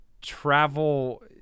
travel